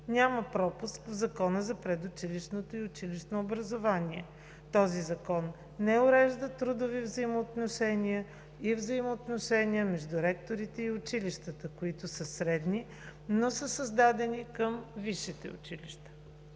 няма пропуск в Закона за предучилищното и училищното образование. Този закон не урежда трудови взаимоотношения и взаимоотношения между ректорите и училища, които са средни, но са създадени към висшите училища.